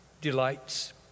delights